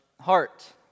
heart